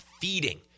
feeding